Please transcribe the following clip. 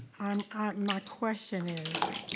um ah my question is,